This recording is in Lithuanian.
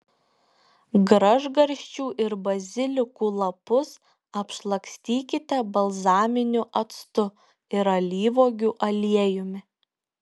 gražgarsčių ir bazilikų lapus apšlakstykite balzaminiu actu ir alyvuogių aliejumi